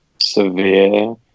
severe